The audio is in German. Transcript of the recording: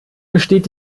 besteht